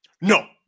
No